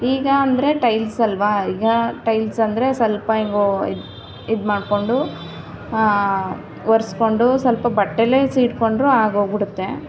ಈಗ ಅಂದರೆ ಟೈಲ್ಸ್ ಅಲ್ವ ಈಗ ಟೈಲ್ಸ್ ಅಂದರೆ ಸ್ವಲ್ಪ ಹೇಗೋ ಇದು ಇದು ಮಾಡಿಕೊಂಡು ಒರೆಸ್ಕೊಂಡು ಸ್ವಲ್ಪ ಬಟ್ಟೆಯಲ್ಲೇ ಸೀಡ್ಕೊಂಡ್ರು ಆಗೋಗ್ಬಿಡುತ್ತೆ